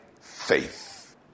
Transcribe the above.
faith